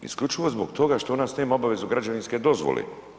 Isključivo zbog toga što od nas nema obavezu građevinske dozvole.